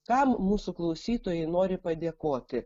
kam mūsų klausytojai nori padėkoti